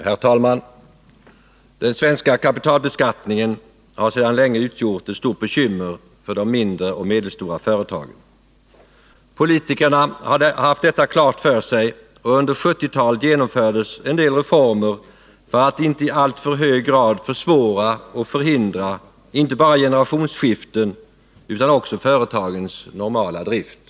Herr talman! Den svenska kapitalbeskattningen har sedan länge utgjort ett stort bekymmer för de mindre och medelstora företagen. Politikerna har haft detta klart för sig, och under 1970-talet genomfördes en del reformer för att inte i alltför hög grad försvåra och förhindra inte bara generationsskiften utan också företagens normala drift.